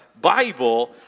Bible